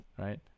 Right